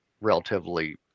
relatively